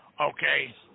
Okay